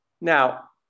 Now